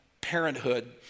Parenthood